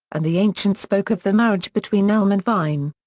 and the ancients spoke of the marriage between elm and vine.